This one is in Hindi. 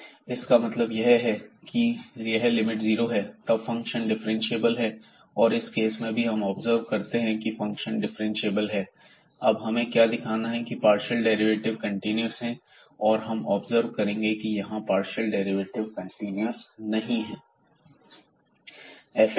z dz Δx2Δy2x2Δy2cos 1x2Δy2 x2y2cos 1x2y2 0 इसका मतलब यह है की यदि यह लिमिट जीरो है तब फंक्शन डिफरेंशिएबल है और इस केस में भी हम ऑब्जर्व करते हैं की फंक्शन डिफरेंशिएबल है अब हमें क्या दिखाना है की पार्शियल डेरिवेटिव कंटीन्यूअस हैं और हम ऑब्जर्व करेंगे कि यहां पार्शियल डेरिवेटिव कंटीन्यूअस नहीं है